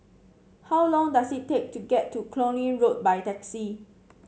how long does it take to get to Cluny Road by taxi